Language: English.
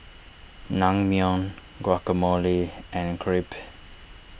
Naengmyeon Guacamole and Crepe